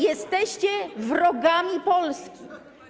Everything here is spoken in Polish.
Jesteście wrogami Polski.